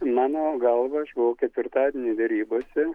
mano galva aš buvau ketvirtadienio derybose